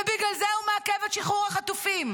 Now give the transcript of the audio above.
ובגלל זה הוא מעכב את שחרור החטופים,